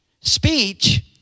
Speech